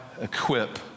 equip